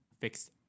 fixed